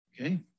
Okay